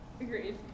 Agreed